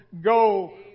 go